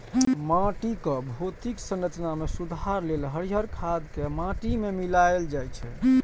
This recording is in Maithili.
माटिक भौतिक संरचना मे सुधार लेल हरियर खाद कें माटि मे मिलाएल जाइ छै